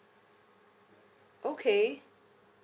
okay